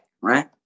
right